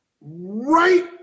right